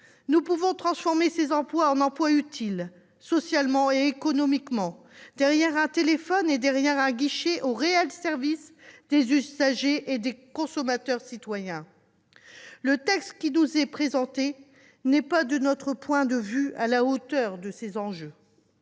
Nous pouvons transformer ces emplois en emplois utiles socialement et économiquement, derrière un téléphone et derrière un guichet, au réel service des usagers et des consommateurs citoyens. Le texte qui nous est présenté n'est pas, de notre point de vue, à la hauteur de ces enjeux.